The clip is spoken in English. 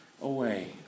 away